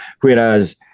whereas